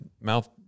mouth